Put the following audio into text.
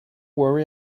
worry